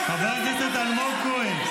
ובכן, זה דבר שלא היה מקובל עליי,